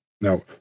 Now